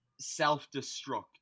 self-destruct